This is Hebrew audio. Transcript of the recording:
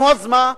נו, אז מה?